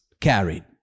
Carried